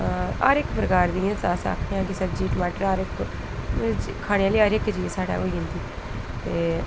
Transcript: हर प्रकार दी सब्जी अस आक्खी सकने आं टमाटर खाने आह्ली हर इक्क चीज़ साढ़े होई जंदी ते